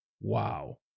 Wow